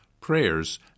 prayers